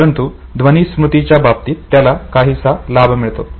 परंतु ध्वनि स्मृतीच्या बाबतीत त्याला काहीसा लाभ मिळतो